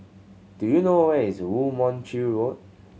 do you know where is Woo Mon Chew Road